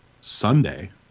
Sunday